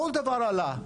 כל דבר עלה,